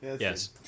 yes